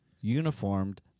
uniformed